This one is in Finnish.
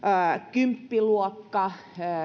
kymppiluokka